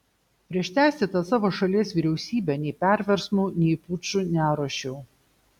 prieš teisėtą savo šalies vyriausybę nei perversmų nei pučų neruošiau